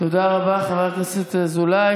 תודה רבה, חבר הכנסת אזולאי.